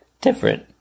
different